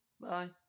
Bye